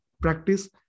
practice